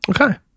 Okay